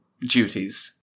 duties